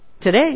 Today